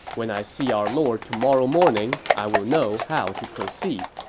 when i see our lord tomorrow morning, i will know how to proceed.